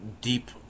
deep